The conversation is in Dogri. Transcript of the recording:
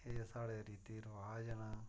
एह् साढ़े रीति रवाज़ न